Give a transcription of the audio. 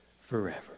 forever